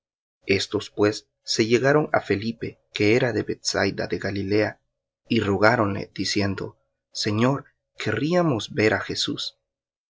estos pues se llegaron á felipe que era de bethsaida de galilea y rogáronle diciendo señor querríamos ver á jesús